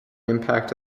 impact